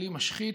כלי משחית,